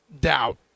Doubt